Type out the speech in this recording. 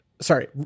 Sorry